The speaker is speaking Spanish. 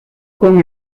con